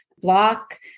Block